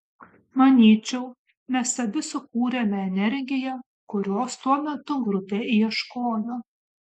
manyčiau mes abi sukūrėme energiją kurios tuo metu grupė ieškojo